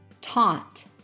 taught